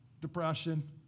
depression